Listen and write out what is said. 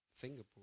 Singapore